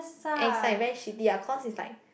and is like very shitty ah cause is like